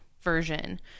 version